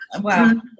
Wow